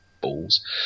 balls